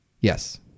Yes